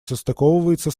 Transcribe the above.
состыковывается